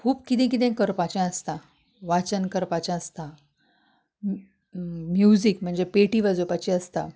खूब किदें किदें करपाचें आसता वाचन करपाचें आसता म्युजीक म्हणजे पेटी वाजोवपाची आसता